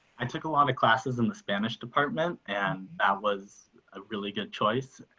i took a lot of classes in the spanish department and i was a really good choice.